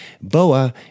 Boa